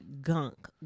gunk